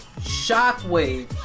shockwave